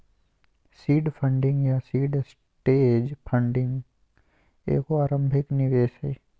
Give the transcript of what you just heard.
seed funding या seed stage funding एगो आरंभिक निवेश हइ